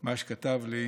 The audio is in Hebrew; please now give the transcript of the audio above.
מה שכתב לי